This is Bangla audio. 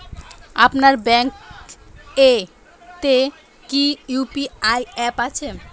আপনার ব্যাঙ্ক এ তে কি ইউ.পি.আই অ্যাপ আছে?